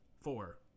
Four